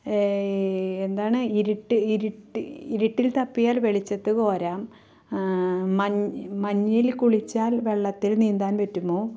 എന്താണ് ഇരുട്ട് ഇരുട്ട് ഇരുട്ടിൽ തപ്പിയാൽ വെളിച്ചത്തു കോരാം മഞ്ഞി മഞ്ഞിൽ കുളിച്ചാൽ വെള്ളത്തിൽ നീന്താൻ പറ്റുമോ